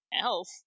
elf